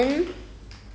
not bad not bad quite nice